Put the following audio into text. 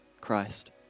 Christ